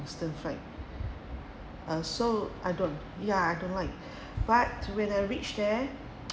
distance flight uh so I don't ya I don't like but when I reached there